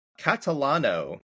catalano